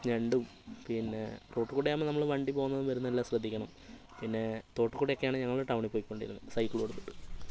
ഞണ്ടും പിന്നെ റോട്ടിൽക്കൂടെയാവുമ്പോൾ നമ്മൾ വണ്ടി പോവുന്നതും വരുന്നതുമെല്ലാം ശ്രദ്ധിക്കണം പിന്നെ തോട്ടിൽക്കൂടെയൊക്കെയാണ് ഞങ്ങൾ ടൗണിൽ പോയ്ക്കൊണ്ടിരുന്നത് സൈക്കിളുമെടുത്തിട്ട്